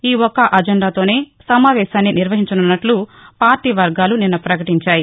ఈ ఒక్క అజెండాతోనే సమావేశాన్ని నిర్వహించనున్నట్లు పార్టీ వర్గాలు నిన్న ప్రకటించాయి